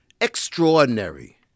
extraordinary